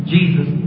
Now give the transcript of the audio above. Jesus